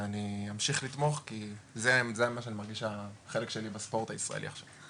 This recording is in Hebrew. ואני אמשיך לתמוך כי אני מרגיש שזה החלק שלי בספורט הישראלי עכשיו.